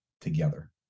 Together